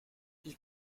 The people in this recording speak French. ils